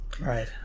Right